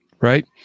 right